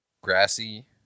Grassy